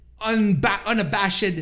unabashed